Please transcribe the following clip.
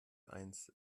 eins